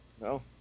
no